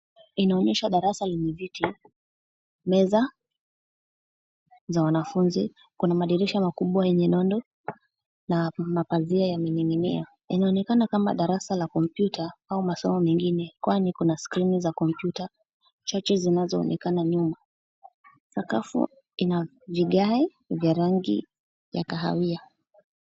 Inaonyesha darasa lenye viti, meza za wanafunzi, kuna madirisha makubwa yenye nondo na pazia yamening'inia. Inaonekana kama darasa la kompyuta ama masomo mengine kwani kuna skrini za kompyuta chache zinazoonekana nyuma. Sakafu ina vigae vya rangi ya kahawia.